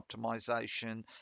optimization